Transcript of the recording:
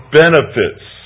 benefits